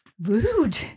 rude